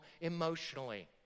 emotionally